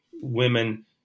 women